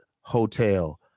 hotel